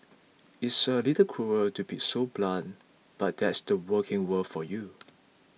it's a little cruel to be so blunt but that's the working world for you